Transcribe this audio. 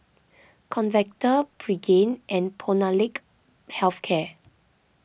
Convatec Pregain and Molnylcke Health Care